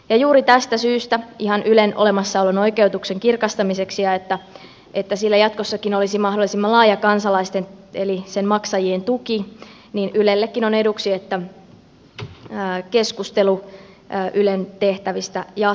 ja juuri tästä syystä ihan ylen olemassaolon oikeutuksen kirkastamiseksi ja että sillä jatkossakin olisi mahdollisimman laaja kansalaisten eli sen maksajien tuki ylellekin on eduksi että keskustelu ylen tehtävistä jatkuu